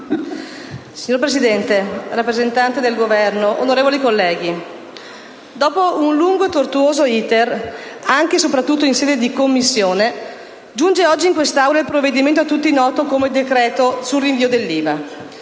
Signor Presidente, rappresentanti del Governo, onorevoli colleghi, dopo un lungo e tortuoso *iter*, svolto anche e soprattutto in Commissione, giunge oggi in quest'Aula il provvedimento a tutti noto come «decreto sul rinvio dell'IVA».